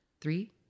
Three